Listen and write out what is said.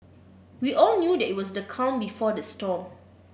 we all knew that it was the calm before the storm